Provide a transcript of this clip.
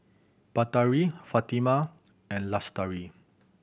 Batari Fatimah and Lestari